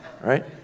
right